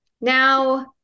now